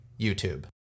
YouTube